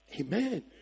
amen